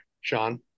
Sean